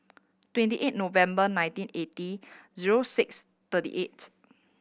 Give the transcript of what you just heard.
twenty eight November nineteen eighty zero six thirty eight